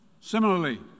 Similarly